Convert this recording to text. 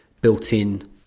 built-in